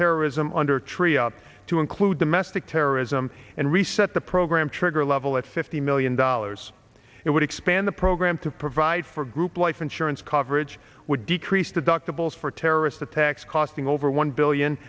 terrorism under tria to include domestic terrorism and reset the program trigger level at fifty million dollars it would expand the program to provide for group life insurance coverage would decrease the doctor bills for terrorist attacks costing over one billion